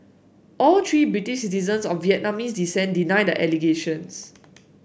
all three British citizens of Vietnamese descent deny the allegations